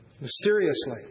mysteriously